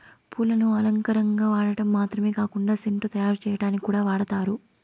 పూలను అలంకారంగా వాడటం మాత్రమే కాకుండా సెంటు తయారు చేయటానికి కూడా వాడతారు